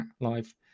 live